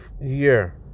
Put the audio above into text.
year